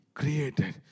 created